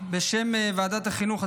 בשם ועדת החינוך,